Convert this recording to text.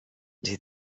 die